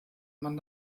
man